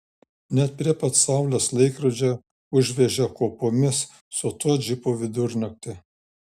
net prie pat saulės laikrodžio užvežė kopomis su tuo džipu vidurnaktį